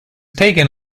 taken